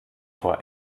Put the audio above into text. vor